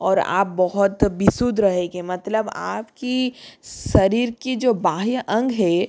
और आप बहुत विशुद्ध रहेंगे मतलब आप का शरीर के जो बाहर अंग हैं